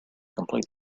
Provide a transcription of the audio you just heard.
complete